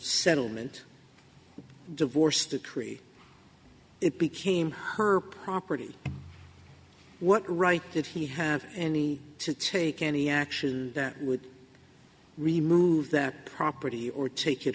settlement the divorce decree it became her property what right did he have any to take any action that would remove that property or take it